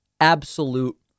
absolute